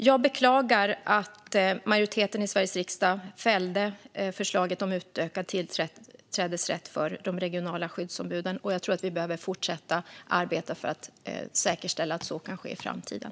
Jag beklagar att majoriteten i Sveriges riksdag fällde förslaget om utökad tillträdesrätt för de regionala skyddsombuden. Jag tror att vi behöver fortsätta att arbeta för att säkerställa att detta kan ske i framtiden.